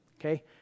okay